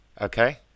Okay